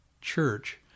church